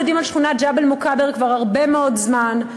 אנחנו יודעים על שכונת ג'בל-מוכבר כבר הרבה מאוד זמן,